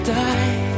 die